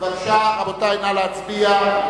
בבקשה להצביע.